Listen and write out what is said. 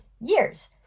years